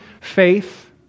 faith